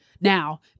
Now